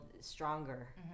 stronger